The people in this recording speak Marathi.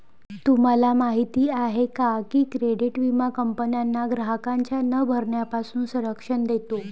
तुम्हाला माहिती आहे का की क्रेडिट विमा कंपन्यांना ग्राहकांच्या न भरण्यापासून संरक्षण देतो